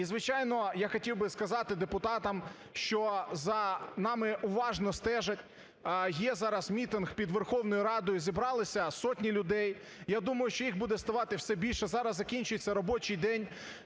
І, звичайно, я хотів би сказати депутатам, що за нами уважно стежать, є зараз мітинг під Верховною Радою, зібралися сотні людей, я думаю, що їх буде ставати все більше. Зараз закінчується робочий день,